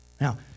Now